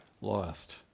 lost